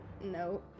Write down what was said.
No